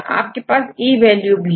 आपके पास E value भी है